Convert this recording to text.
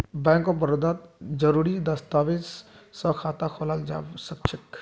bank of बड़ौदात जरुरी दस्तावेज स खाता खोलाल जबा सखछेक